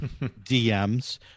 DMs